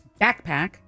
Backpack